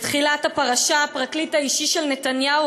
בתחילת הפרשה הפרקליט האישי של נתניהו,